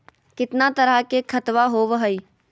कितना तरह के खातवा होव हई?